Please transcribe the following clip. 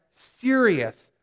serious